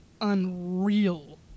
unreal